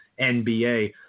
NBA